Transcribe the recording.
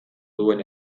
duen